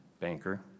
banker